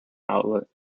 outlet